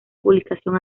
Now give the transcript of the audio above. publicación